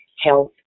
health